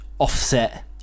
Offset